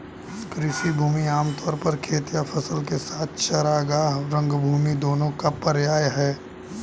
कृषि भूमि आम तौर पर खेत या फसल के साथ चरागाह, रंगभूमि दोनों का पर्याय है